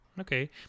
Okay